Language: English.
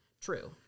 True